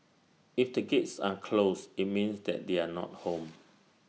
if the gates are closed IT means that they are not home